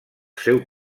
seu